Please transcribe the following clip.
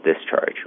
discharge